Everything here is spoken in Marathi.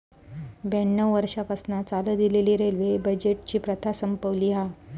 ब्याण्णव वर्षांपासना चालत इलेली रेल्वे बजेटची प्रथा संपवली हा